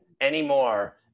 anymore